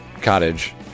cottage